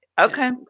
Okay